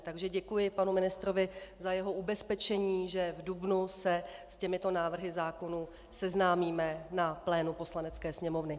Takže děkuji panu ministrovi za jeho ubezpečení, že v dubnu se s těmito návrhy zákonů seznámíme na plénu Poslanecké sněmovny.